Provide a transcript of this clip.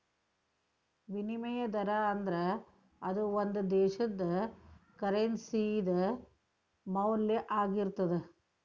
ವಿನಿಮಯ ದರಾ ಅಂದ್ರ ಅದು ಒಂದು ದೇಶದ್ದ ಕರೆನ್ಸಿ ದ ಮೌಲ್ಯ ಆಗಿರ್ತದ